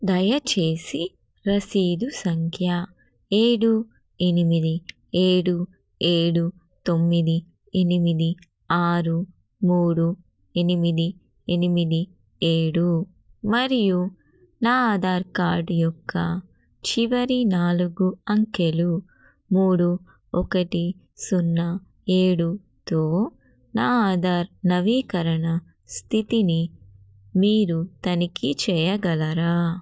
దయచేసి రసీదు సంఖ్య ఏడు ఎనిమిది ఏడు ఏడు తొమ్మిది ఎనిమిది ఆరు మూడు ఎనిమిది ఎనిమిది ఏడు మరియు నా ఆధార్ కార్డ్ యొక్క చివరి నాలుగు అంకెలు మూడు ఒకటి సున్నా ఏడుతో నా ఆధార్ నవీకరణ స్థితిని మీరు తనిఖీ చేయగలరా